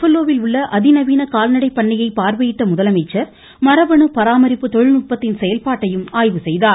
பல்லோவில் உள்ள அதிநவீன கால்நடை பண்ணையை பார்வையிட்ட முதலமைச்சர் மரபணு பராமரிப்பு தொழில்நுட்பத்தின் செயல்பாட்டையும் ஆய்வு செய்தார்